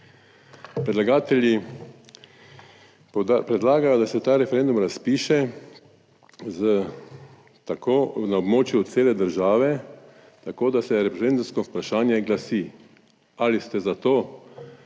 Predlagatelji predlagajo, da se ta referendum razpiše s tako na območju cele države, tako da se referendumsko vprašanje glasi: Ali ste za